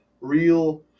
real